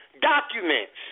documents